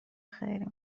خیلی